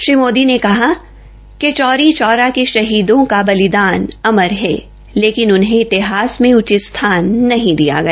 श्री मोदी ने कहा कि चौरी चौरा के शहीदों का बदिलान अमर है लेकिन उन्हें इतिहास मे उचित स्थान नहीं दिया गया